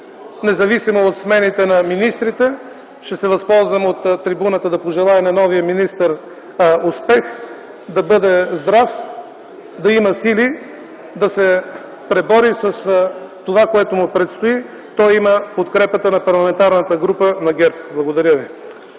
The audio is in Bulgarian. независимо от смените на министрите. Ще се възползвам от трибуната да пожелая на новия министър успех, да бъде здрав, да има сили да се пребори с това, което му предстои. Той има подкрепата на Парламентарната група на ГЕРБ. Благодаря ви.